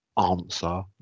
answer